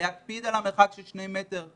להקפיד על המרחק של שני מטרים.